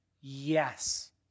Yes